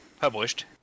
published